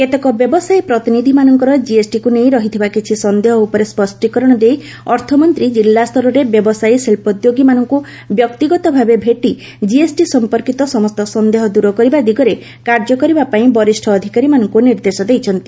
କେତେକ ବ୍ୟବସାୟୀ ପ୍ରତିନିଧି ମାନଙ୍କର ଜିଏସ୍ଟିକୁ ନେଇ ରହିଥିବା କିଛି ସନ୍ଦେହ ଉପରେ ସ୍ୱଷ୍ଟୀକରଣ ଦେଇ ଅର୍ଥମନ୍ତ୍ରୀ ଜିଲ୍ଲାସ୍ତରରେ ବ୍ୟବସାୟୀ ଶିଳ୍ପଦ୍ୟୋଗୀମାନଙ୍କୁ ବ୍ୟକ୍ତିଗତଭାବେ ଭେଟି ଜିଏସଟି ସମ୍ପର୍କୀତ ସମସ୍ତ ସନ୍ଦେହ ଦୂର କରିବା ଦିଗରେ କାର୍ଯ୍ୟ କରିବା ପାଇଁ ବରିଷ୍ଠ ଅଧିକାରୀମାନଙ୍କୁ ନିର୍ଦ୍ଦେଶ ଦେଇଛନ୍ତି